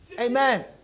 Amen